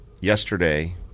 yesterday